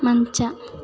ಮಂಚ